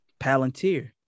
Palantir